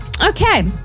Okay